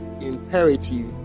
imperative